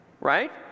right